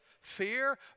fear